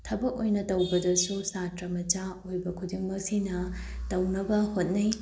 ꯊꯕꯛ ꯑꯣꯏꯅ ꯇꯧꯕꯗꯁꯨ ꯁꯥꯇ꯭ꯔ ꯃꯆꯥ ꯑꯣꯏꯕ ꯈꯨꯗꯤꯡꯃꯛꯁꯤꯅ ꯇꯧꯅꯕ ꯍꯣꯠꯅꯩ